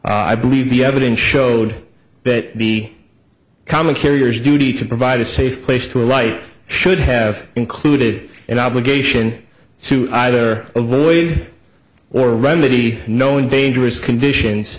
i believe the evidence showed that b common carriers duty to provide a safe place to write should have included an obligation to either avoid or remedy known dangerous conditions